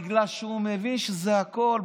בגלל שהוא מבין שזה הכול.